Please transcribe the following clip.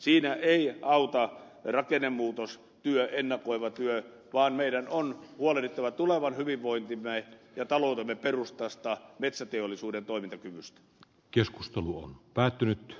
siinä ei auta rakennemuutos ennakoiva työ vaan meidän on huolehdittava tulevan hyvinvointimme ja taloutemme perustasta metsäteollisuuden toimintakyvystä keskustelu on päättynyt